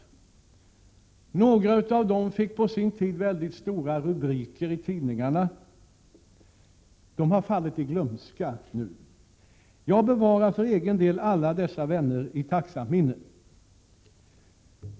Några av dem som på sin tid fick mycket stora rubriker i tidningarna har nu fallit i glömska. Jag bevarar för egen del alla dessa vänner i tacksamt minne.